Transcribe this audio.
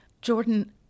Jordan